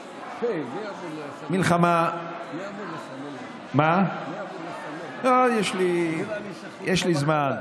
מלחמה, לא, יש לי זמן.